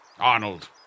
Arnold